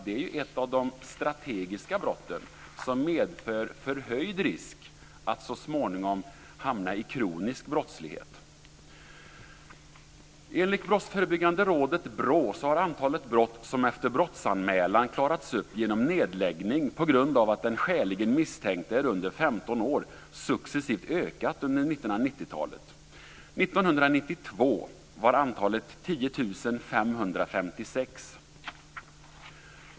Det är ju ett av de strategiska brotten som medför förhöjd risk att så småningom hamna i kronisk brottslighet Enligt Brottsförebyggande rådet, BRÅ, har antalet brott som efter brottsanmälan klarats upp genom nedläggning på grund av att den skäligen misstänkte är under 15 år successivt ökat under 1990-talet. 1992 var antalet 10 556.